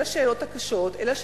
אלה השאלות הקשות,